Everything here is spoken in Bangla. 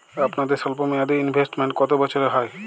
আপনাদের স্বল্পমেয়াদে ইনভেস্টমেন্ট কতো বছরের হয়?